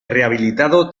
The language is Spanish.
rehabilitado